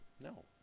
No